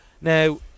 Now